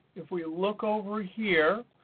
if we look over here,